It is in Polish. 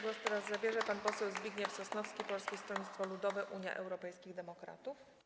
Głos teraz zabierze pan poseł Zbigniew Sosnowski, Polskie Stronnictwo Ludowe - Unia Europejskich Demokratów.